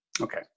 Okay